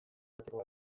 joateko